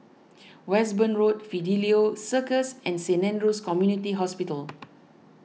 Westbourne Road Fidelio Circus and Saint andrew's Community Hospital